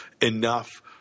enough